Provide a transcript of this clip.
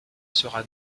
sera